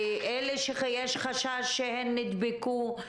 לאלה שיש חשש שהן נדבקו,